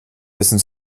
müssen